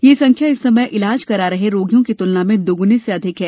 यह संख्या इस समय इलाज करा रहे रोगियों की तुलना में दोगुने से अधिक है